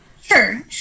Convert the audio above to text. sure